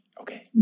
Okay